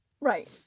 Right